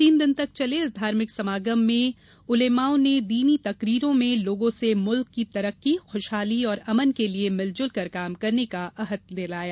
तीन दिन तक चले इस धार्मिक समागम में उलेमाओं ने दीनों तकरीरों में लोगों से मुल्क की तरक्की खुशहाली और अमन के लिए मिलजुलकर काम करने का अहद दिलाया